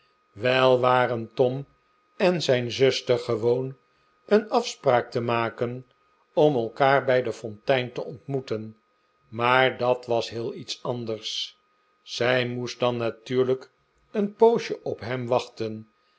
wel waren tom en zijn zuster gewoon een afspraak te maken om elkaar bij de fontein te ontmoeten maar dat was heel iets anders zij moest dan natuurlijk een poosje op hem wachten